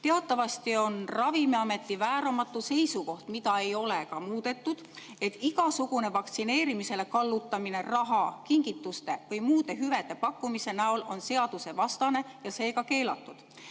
Teatavasti on Ravimiameti vääramatu seisukoht, mida ei ole muudetud, et igasugune vaktsineerimisele kallutamine raha, kingituste või muude hüvede pakkumisega on seadusevastane ja seega keelatud.